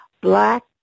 black